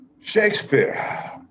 Shakespeare